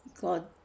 God